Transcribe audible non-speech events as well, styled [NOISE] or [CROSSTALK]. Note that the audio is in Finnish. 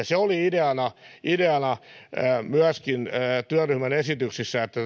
[UNINTELLIGIBLE] se oli ideana ideana myöskin työryhmän esityksissä että [UNINTELLIGIBLE]